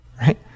right